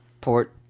port